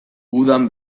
udan